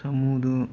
ꯁꯥꯃꯨꯗꯨ